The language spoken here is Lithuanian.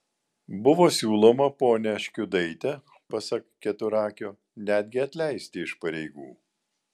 buvo siūloma ponią škiudaitę pasak keturakio netgi atleisti iš pareigų